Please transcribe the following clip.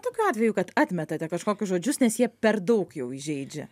tokių atvejų kad atmetate kažkokius žodžius nes jie per daug jau įžeidžia